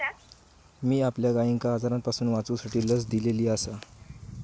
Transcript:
मी आपल्या गायिंका आजारांपासून वाचवूसाठी लस दिलेली आसा